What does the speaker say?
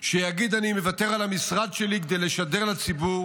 שיגיד: אני מוותר על המשרד שלי כדי לשדר לציבור